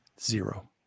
Zero